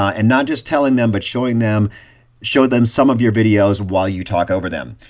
and not just telling them, but showing them showing them some of your videos while you talk over them.